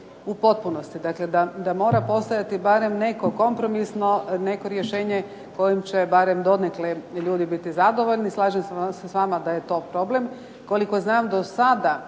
u potpunosti, dakle da mora postojati barem neko kompromisno rješenje kojim će ljudi biti donekle zadovoljni, slažem se s vama da je to problem. Koliko znam do sada,